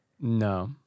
No